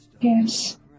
Yes